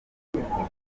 ubuhamya